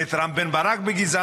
ואת רם בן ברק בגזענות.